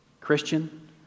Christian